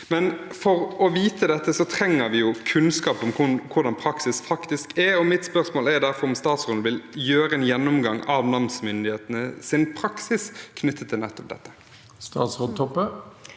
For å vite dette trenger vi kunnskap om hvordan praksis faktisk er. Mitt spørsmål er derfor om statsråden vil gjøre en gjennomgang av namsmyndighetenes praksis knyttet til nettopp dette. Statsråd Kjersti Toppe